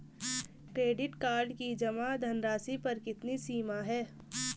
Credit card की जमा धनराशि पर कितनी सीमा है?